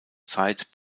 zeit